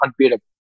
unbeatable